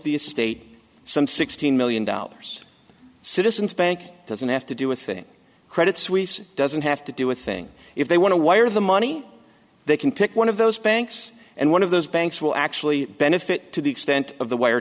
the estate some sixteen million dollars citizens bank doesn't have to do a thing credit suisse doesn't have to do a thing if they want to wire the money they can pick one of those banks and one of those banks will actually benefit to the extent of the wire